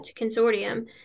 consortium